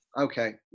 Okay